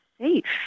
safe